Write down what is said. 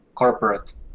corporate